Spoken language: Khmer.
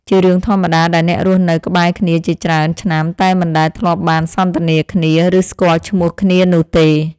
ជារឿងធម្មតាដែលអ្នករស់នៅក្បែរគ្នាជាច្រើនឆ្នាំតែមិនដែលធ្លាប់បានសន្ទនាគ្នា ឬស្គាល់ឈ្មោះគ្នានោះទេ។